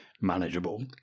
manageable